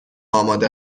آماده